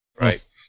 right